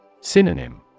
Synonym